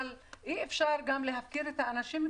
אבל אי אפשר להפקיר את האנשים,